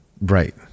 Right